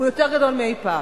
גדול מאי-פעם,